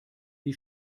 die